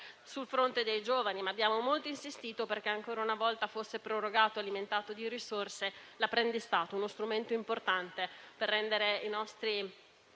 sul fronte dei giovani. Abbiamo però molto insistito perché ancora una volta fosse prorogato e alimentato di risorse l'apprendistato, uno strumento importante per mettere i nostri